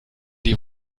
die